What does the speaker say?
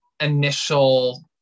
initial